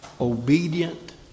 obedient